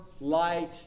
light